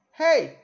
hey